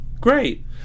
Great